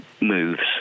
moves